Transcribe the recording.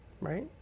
Right